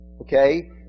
Okay